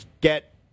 get